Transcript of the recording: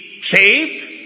saved